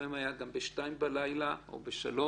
לפעמים זה היה גם בשתיים בלילה או בשלוש.